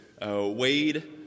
Wade